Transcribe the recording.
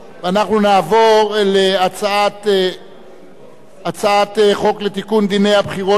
אנחנו נעבור להצעת חוק לתיקון דיני הבחירות לרשויות